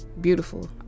Beautiful